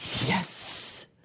Yes